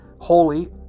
holy